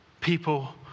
people